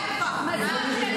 איפה היינו?